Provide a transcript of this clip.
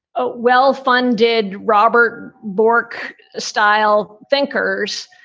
ah well-funded robert bork style thinkers,